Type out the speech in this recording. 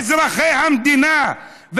הם אזרחי המדינה.